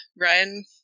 Ryan